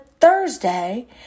Thursday